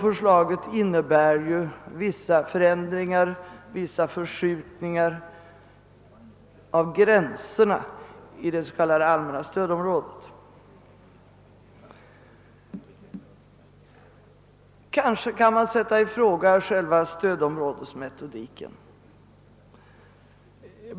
Förslaget innebär dock vissa förskjutningar av grän serna för det s.k. allmänna stödområdet. Man kan ifrågasätta själva stödområdesmetodiken.